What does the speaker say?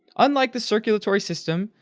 unlike the circulatory system,